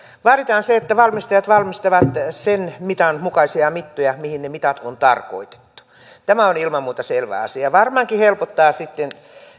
vaaditaan se että valmistajat valmistavat sen mitan mukaisia mittoja mihin ne mitat on tarkoitettu tämä on ilman muuta selvä asia varmaankin se helpottaa sitten